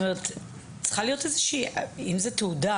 אם זו תעודה